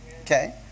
Okay